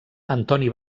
antoni